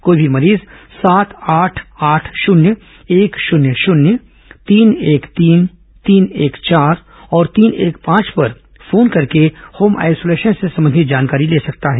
कोई भी मरीज सात आठ आठ शून्य एक शून्य शून्य तीन एक तीन तीन एक चार और तीन एक पांच पर फोन करके होम आइसोलेशन से संबंधित जानकारी ले सकता है